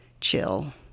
chill